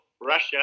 Russia